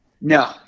No